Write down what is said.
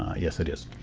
ah yes it is.